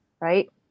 right